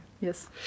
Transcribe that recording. Yes